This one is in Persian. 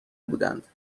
بودند